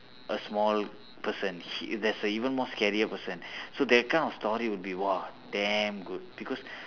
a small person he there's a even more scarier person so that kind of story would be !wah! damn good because